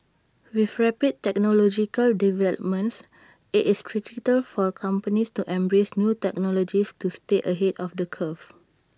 with rapid technological developments IT is critical for companies to embrace new technologies to stay ahead of the curve